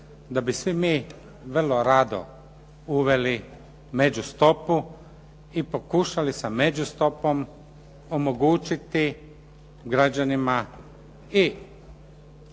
da bi svi mi vrlo rado uveli međustopu i pokušali sa međustopom omogućiti građanima i